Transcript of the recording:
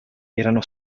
erano